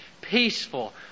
peaceful